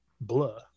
blah